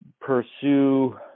pursue